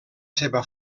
seva